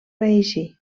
reeixir